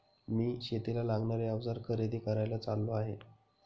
मी शेतीला लागणारे अवजार खरेदी करायला चाललो आहे